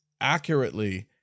accurately